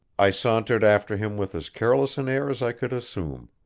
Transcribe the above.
i sauntered after him with as careless an air as i could assume.